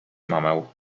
mamę